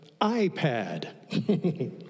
iPad